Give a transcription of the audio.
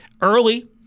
early